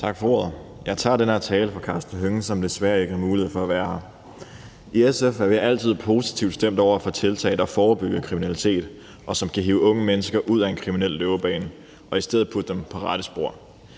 Tak for ordet. Jeg tager den her tale for Karsten Hønge, som desværre ikke har mulighed for at være her. I SF er vi altid positivt stemt over for tiltag, der forebygger kriminalitet, og som kan hive unge mennesker ud af en kriminel løbebane og i stedet putte dem på rette spor.